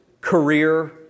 career